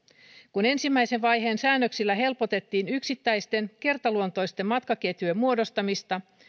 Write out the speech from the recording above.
kun ensimmäisen vaiheen säännöksillä helpotettiin yksittäisten kertaluontoisten matkaketjujen muodostamista